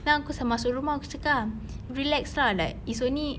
then aku saat masuk rumah aku cakap ah relax lah like it's only